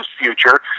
future